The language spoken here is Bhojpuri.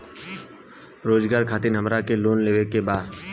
रोजगार खातीर हमरा के लोन लेवे के बा?